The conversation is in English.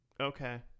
okay